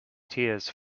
tears